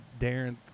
darren